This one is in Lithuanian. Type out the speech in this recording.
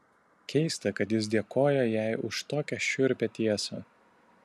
keista kad jis dėkoja jai už tokią šiurpią tiesą